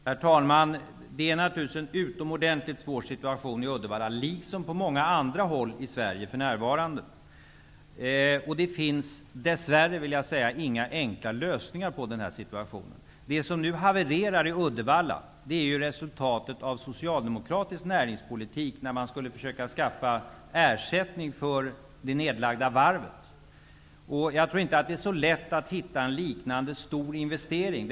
Herr talman! Situationen i Uddevalla är naturligtvis utomordentligt svår, liksom på många andra håll i Sverige för närvarande. Det finns dess värre inga enkla lösningar på den här situationen. Det som nu havererar i Uddevalla är ju resultatet av socialdemokratisk näringspolitik, då man skulle försöka skaffa ersättningsindustri för det nedlagda varvet. Jag tror inte att det är så lätt att hitta en liknade stor investering.